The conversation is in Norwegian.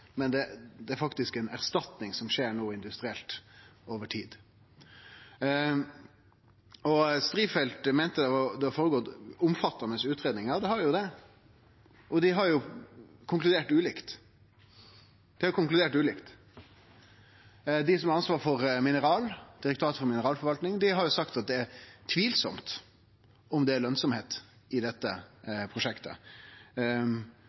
men industrielt skjer det faktisk no ei erstatning over tid. Representanten Strifeldt meinte at det har vore gjort omfattande utgreiingar. Ja, det har det, og dei har konkludert ulikt. Dei som har ansvaret for mineralar, Direktoratet for mineralforvaltning, har sagt at det er tvilsamt om det er lønsemd i dette